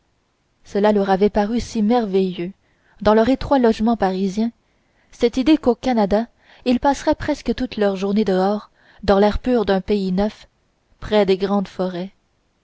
cela leur avait paru si merveilleux dans leur étroit logement parisien cette idée qu'au canada ils passeraient presque toutes leurs journées dehors dans l'air pur d'un pays neuf près des grandes forêts